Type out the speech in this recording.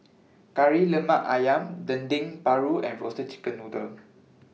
Kari Lemak Ayam Dendeng Paru and Roasted Chicken Noodle